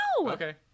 Okay